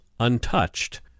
untouched